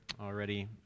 already